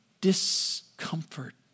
discomfort